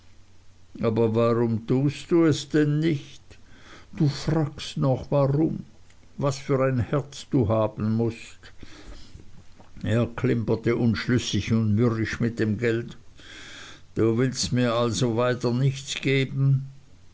und warum tust du es denn nicht du frägst noch warum was für ein herz du haben mußt er klimperte unschlüssig und mürrisch mit dem geld du willst mir also weiter nichts geben